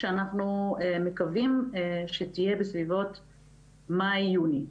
שאנחנו מקווים שתהיה בסביבות מאי-יוני.